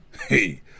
Hey